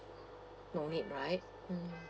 no need right mm